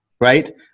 right